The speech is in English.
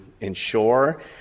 ensure